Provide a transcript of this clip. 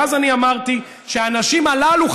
ואז אני אמרתי שהנשים הללו,